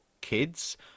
kids